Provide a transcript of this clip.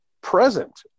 present